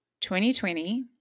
2020